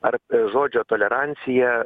ar žodžio tolerancija